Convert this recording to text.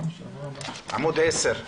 עמוד 10,